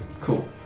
Cool